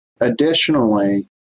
Additionally